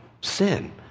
sin